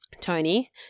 Tony